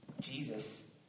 Jesus